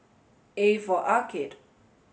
A for Arcade